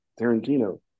Tarantino